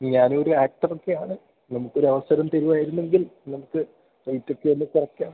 ഞാനും ഒരു ആക്റ്ററൊക്കെയാണ് നമുക്കൊരവസരം തരുവായിരുന്നെങ്കിൽ നമുക്ക് റേയ്റ്റൊക്കെയൊന്ന് കുറയ്ക്കാം